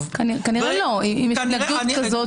קהליו- -- כנראה לא, עם התנגדות כזו.